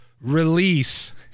release